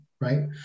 right